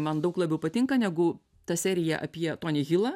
man daug labiau patinka negu ta serija apie tonį hilą